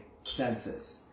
senses